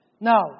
Now